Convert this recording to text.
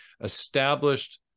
established